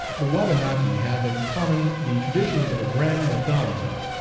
the wabanaki have in common the traditions of a grand mythology,